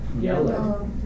yellow